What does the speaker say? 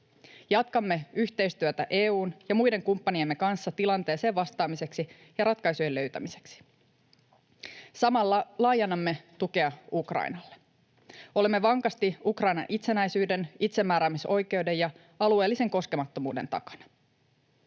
Jatkamme yhteistyötä EU:n ja muiden kumppaneidemme kanssa tilanteeseen vastaamiseksi ja ratkaisun löytämiseksi. Samalla laajennamme tukea Ukrainalle. Olemme vankasti Ukrainan itsenäisyyden, itsemääräämisoikeuden ja alueellisen koskemattomuuden takana.